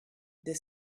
they